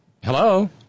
Hello